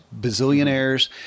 bazillionaires